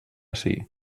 ací